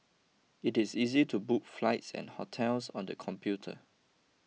it is easy to book flights and hotels on the computer